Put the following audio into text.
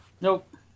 Nope